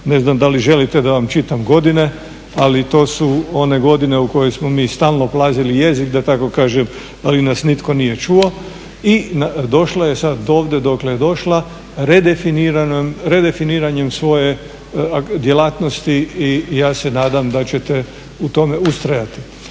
Ne znam da li želite da vam čitam godine, ali to su one godine u kojoj smo mi stalno plazili jezik da tako kažem ali nas nitko nije čuo. I došla je sad ovdje dokle je došla redefiniranjem svoje djelatnosti i ja se nadam da ćete u tome ustrajati.